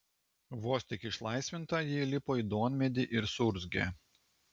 vos tik išlaisvinta ji įlipo į duonmedį ir suurzgė